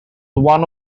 one